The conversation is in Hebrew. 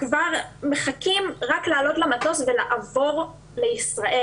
כבר מחכים רק לעלות למטוס ולעבור לישראל,